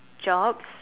jobs